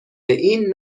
این